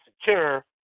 secure